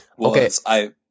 Okay